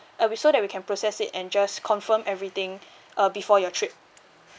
uh we so that we can process it and just confirm everything uh before your trip